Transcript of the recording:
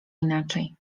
inaczej